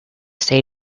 say